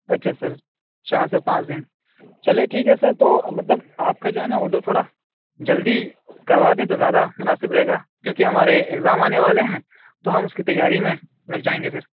اچھا سر چار سے پانچ دن چلیں ٹھیک ہے سر تو مطلب آپ کا جو ہے نہ آرڈر تھوڑا جلدی کروادیں تو زیادہ مناسب رہے گا کیوں کہ ہمارے ایگزام آنے والے ہیں تو ہم اس کی تیاری میں لگ جائیں گے پھر